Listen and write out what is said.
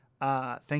thank